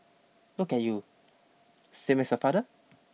look at you same as your father